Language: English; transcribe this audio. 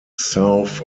south